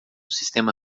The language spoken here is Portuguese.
sistema